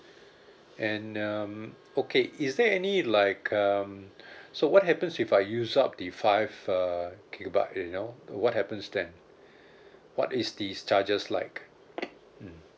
and um okay is there any like um so what happens if I use up the five uh gigabyte you know what happens then what is these charges like mm